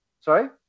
Sorry